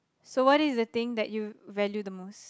so what is the thing that you value the most